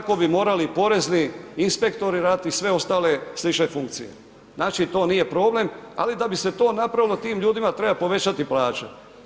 Tako, tako bi morali porezni inspektori raditi i sve ostale slične funkcije, znači to nije problem, ali da bi se to napravilo, tim ljudima treba povećati plaće.